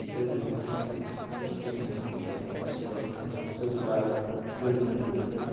जोंनि आसामनि देहा फाहामथाइया एसेबां जौगादों होन्नानै